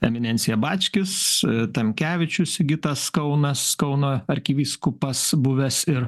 eminencija bačkis tamkevičius sigitas kaunas kauno arkivyskupas buvęs ir